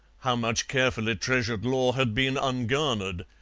how much carefully treasured lore had been ungarnered,